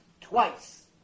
twice